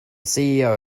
ceo